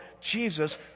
Jesus